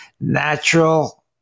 Natural